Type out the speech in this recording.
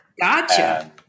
Gotcha